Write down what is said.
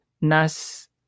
Nas